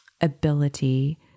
ability